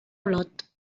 olot